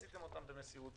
ועשיתם אותם במסירות.